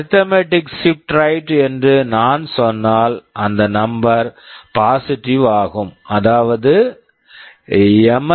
arithmetic shift right arithmetic shift right என்று நான் சொன்னால் அந்த நம்பர் number பாசிட்டிவ் positive ஆகும் அதாவது எம்